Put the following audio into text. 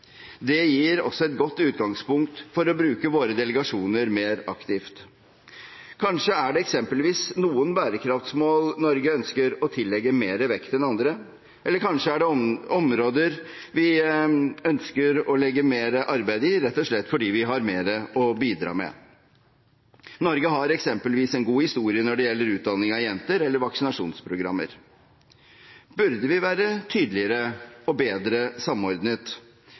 Det gir også et godt utgangspunkt for å bruke våre delegasjoner mer aktivt. Kanskje er det eksempelvis noen bærekraftsmål Norge ønsker å tillegge mer vekt enn andre? Eller kanskje er det områder vi ønsker å legge mer arbeid i, rett og slett fordi vi har mer å bidra med? Norge har eksempelvis en god historie når det gjelder utdanning av jenter og vaksinasjonsprogrammer. Burde vi være tydeligere og bedre samordnet